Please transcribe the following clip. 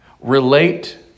relate